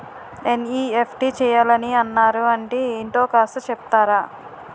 NEFT చేయాలని అన్నారు అంటే ఏంటో కాస్త చెపుతారా?